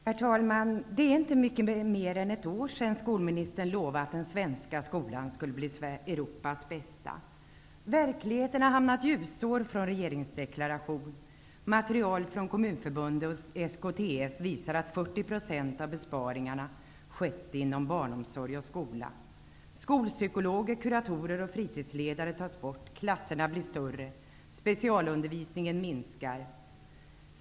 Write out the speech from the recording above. Herr talman! Det är inte mycket mer än ett år sedan som skolministern lovade att den svenska skolan skulle bli Europas bästa. Verkligheten har hamnat ljusår från regeringsdeklarationen. Material från Kommunförbundet och SKTF visar att 40 % av besparingarna i kommunerna skett inom barnomsorg och skola. Skolpsykologer, kuratorer och fritidsledare tas bort. Klasserna blir större. Specialundervisningen minskar.